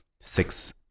six